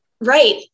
Right